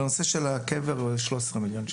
לנושא של הקבר זה 13 מיליון שקלים.